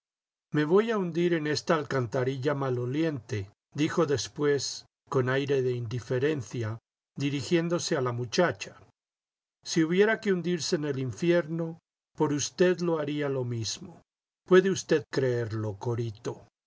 me voy a hundir en esta alcantarilla maloliente dijo después con aire de indiferencia dirigiéndose a la muchacha si hubiera que hundirse en el infierno por usted lo haría lo mismo puede usted creerlo corito